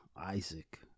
Isaac